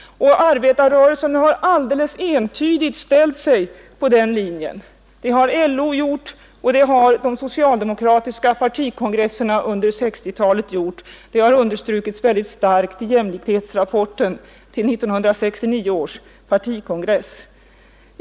Arbetarrörelsen har alldeles entydigt ställt sig på den linjen. Det har LO gjort, och det har de socialdemokratiska partikongresserna under 1960-talet gjort — detta har mycket starkt understrukits i jämlikhetsrapporten till 1969 års partikongress.